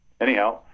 anyhow